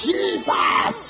Jesus